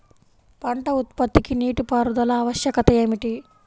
పంట ఉత్పత్తికి నీటిపారుదల ఆవశ్యకత ఏమిటీ?